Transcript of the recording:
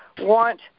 want